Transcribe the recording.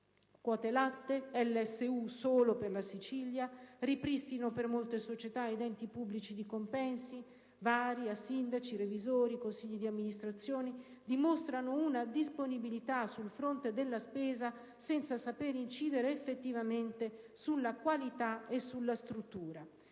Quote latte, LSU solo per la Sicilia, ripristino per molte società ed enti pubblici di compensi vari a sindaci, revisori, consigli di amministrazione, dimostrano una disponibilità sul fronte della spesa senza sapere poi incidere effettivamente sulla qualità e sulla struttura.